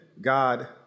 God